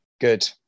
Good